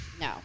No